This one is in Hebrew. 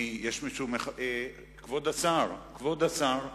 כבוד השר איתן,